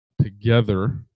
together